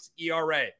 ERA